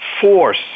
force